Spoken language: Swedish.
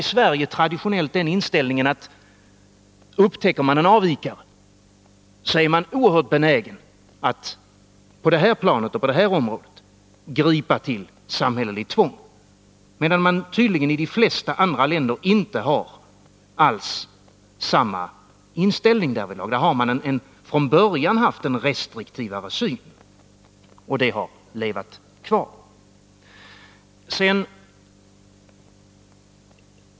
I Sverige har man traditionellt en sådan inställning att om man upptäcker en avvikare så är man oerhört benägen att på det här planet gripa till samhälleligt tvång, medan man tydligen i de flesta andra länder inte alls har samma inställning — där har man från början haft en restriktivare syn, och den har sedan levat kvar.